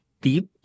deep